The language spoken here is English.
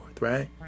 Right